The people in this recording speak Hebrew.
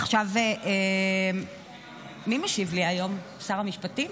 עכשיו, מי משיב לי היום, שר המשפטים?